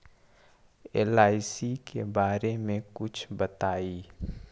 LIC के बारे मे कुछ बताई?